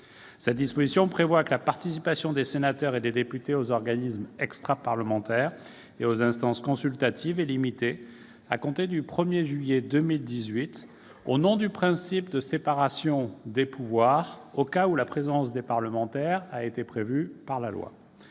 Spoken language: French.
Cette disposition prévoit que la participation des sénateurs et des députés aux organismes extraparlementaires, les OEP, et aux instances consultatives est limitée, à compter du 1 juillet 2018, au nom du principe de séparation des pouvoirs, aux cas où leur présence a été prévue par la loi.